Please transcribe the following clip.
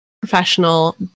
professional